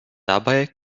dabei